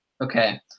Okay